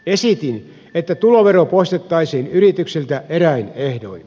esitin että tulovero poistettaisiin yrityksiltä eräin ehdoin